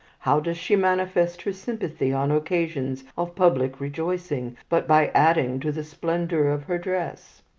how does she manifest her sympathy on occasions of public rejoicing, but by adding to the splendour of her dress?